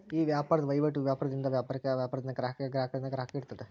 ಈ ವ್ಯಾಪಾರದ್ ವಹಿವಾಟು ವ್ಯಾಪಾರದಿಂದ ವ್ಯಾಪಾರಕ್ಕ, ವ್ಯಾಪಾರದಿಂದ ಗ್ರಾಹಕಗ, ಗ್ರಾಹಕರಿಂದ ಗ್ರಾಹಕಗ ಇರ್ತದ